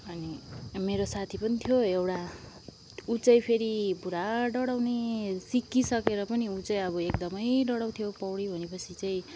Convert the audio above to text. अनि मेरो साथी पनि थियो एउटा ऊ चाहिँ फेरि पुरा डढाउने सिकिसकेर पनि उ चाहिँ अब एक्दमै डढाउँथ्यो पौडी भनेपछि चाहिँ